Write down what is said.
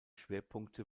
schwerpunkte